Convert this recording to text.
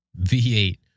V8